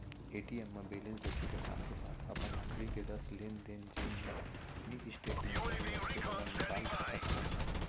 ATM म balance देखे के साथे साथ अपन आखरी के दस लेन देन जेन ल मिनी स्टेटमेंट कहे जाथे ओला निकाल सकत हन